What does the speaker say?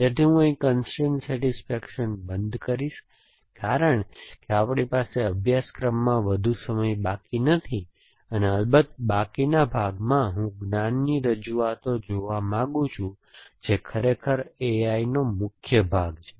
તેથી હું અહી કન્સ્ટ્રેઇન સેટિસ્ફેક્શન બંધ કરીશ કારણ કે આપણી પાસે અભ્યાસક્રમમાં વધુ સમય બાકી નથી અને અલબત્ત બાકીના ભાગમાં હું જ્ઞાનની રજૂઆતો જોવા માંગુ છું જે ખરેખર A I નો મુખ્ય ભાગ છે